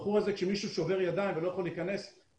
כשמישהו שובר ידיים ולא יכול להתקלח,